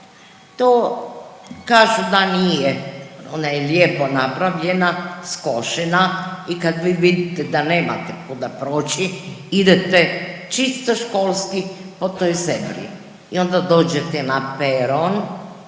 to kažu da nije, ona je lijepo napravljena, skošena i kad vi vidite da nemate kuda proći, idete, čisto školski po toj zebri i onda dođete na peron